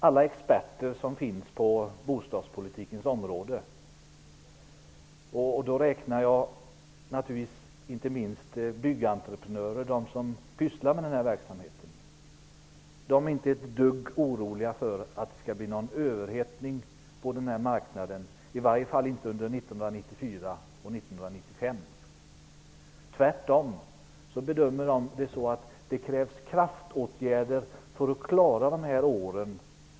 Alla experter på bostadspolitikens område, dit räknar jag inte minst byggentreprenörerna och de som pysslar med den här verksamheten, är inte ett dugg oroliga för att det skall bli någon överhettning på den här marknaden, i alla fall inte under 1994 och 1995. De bedömer att det tvärtom krävs kraftåtgärder för att klara de här åren.